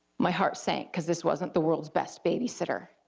my heart sank, cause this wasn't the world's best babysitter,